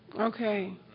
Okay